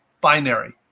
binary